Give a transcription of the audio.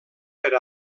per